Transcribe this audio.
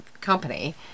company